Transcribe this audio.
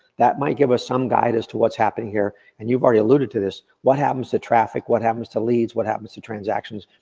that might give us some guide as to what's happening here. and you've already alluded to this, what happens to traffic, what happens to leads, what happens to transactions?